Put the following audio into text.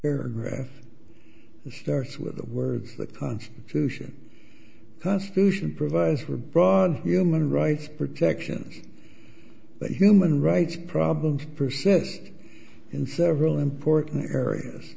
paragraph starts with the words the constitution constitution provides for broad human rights protections but human rights problems persist in several important areas